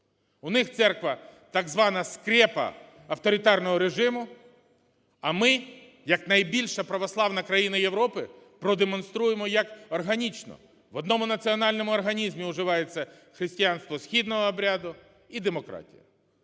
У них церква – так звана "скрепа" авторитарного режиму, а ми як найбільша православна країна Європи продемонструємо як органічно, в одному національному організмі уживається християнство східного обряду і демократія.